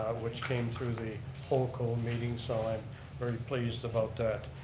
which came through the holcall meeting, so i'm very pleased about that.